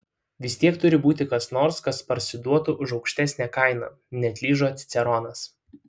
vis tiek turi būti kas nors kas parsiduotų už aukštesnę kainą neatlyžo ciceronas